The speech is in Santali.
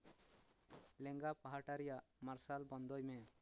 ᱞᱮᱝᱜᱟ ᱯᱟᱦᱴᱟ ᱨᱮᱭᱟᱜ ᱢᱟᱨᱥᱟᱞ ᱵᱚᱱᱫᱚᱭ ᱢᱮ